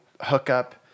hookup